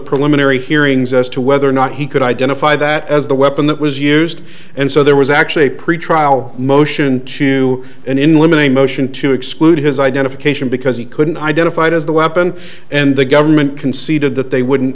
preliminary hearings as to whether or not he could identify that as the weapon that was used and so there was actually a pretrial motion to and in limon a motion to exclude his identification because he couldn't identify it as the weapon and the government conceded that they wouldn't